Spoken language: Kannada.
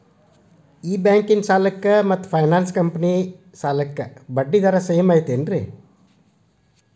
ಈ ಬ್ಯಾಂಕಿನ ಸಾಲಕ್ಕ ಮತ್ತ ಫೈನಾನ್ಸ್ ಕಂಪನಿ ಸಾಲಕ್ಕ ಬಡ್ಡಿ ದರ ಸೇಮ್ ಐತೇನ್ರೇ?